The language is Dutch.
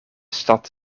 stad